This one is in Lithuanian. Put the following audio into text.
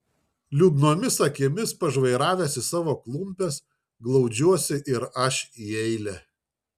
liūdnomis akimis pažvairavęs į savo klumpes glaudžiuosi ir aš į eilę